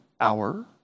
hour